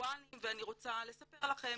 וירטואליים ואני רוצה לספר לכם